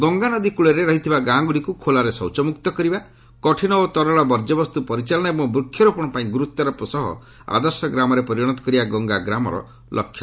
ଗଙ୍ଗାନଦୀ କୂଳରେ ରହିଥିବା ଗାଁଗୁଡ଼ିକୁ ଖୋଲାରେ ଶୌଚମୁକ୍ତ କରିବା କଠିନ ଓ ତରଳ ବର୍ଜ୍ୟବସ୍ତୁ ପରିଚାଳନା ଏବଂ ବୃକ୍ଷରୋପଣପାଇଁ ଗୁରୁଡ୍ୱାରୋପ ସହ ଆଦର୍ଶ ଗ୍ରାମରେ ପରିଣତ କରିବା ଗଙ୍ଗା ଗ୍ରାମର ଲକ୍ଷ୍ୟ